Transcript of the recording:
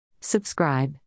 Subscribe